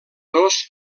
dos